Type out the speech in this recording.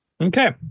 okay